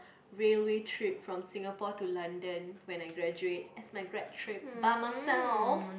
railway trip from Singapore to London when I graduate as my grad trip by myself